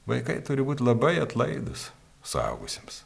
vaikai turi būt labai atlaidūs suaugusiems